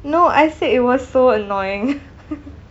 no I said it was so annoying